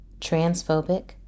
transphobic